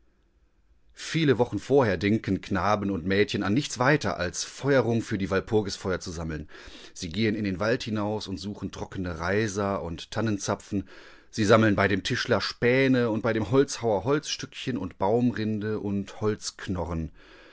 viele wochen vorher denken knaben und mädchen an nichts weiter als feuerung für die walpurgisfeuer zu sammeln sie gehen in den wald hinaus und suchen trockne reiser und tannenzapfen sie sammeln bei dem tischler späne und bei dem holzhauer holzstückchen und baumrinde und holzknorren